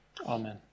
Amen